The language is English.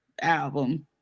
album